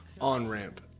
on-ramp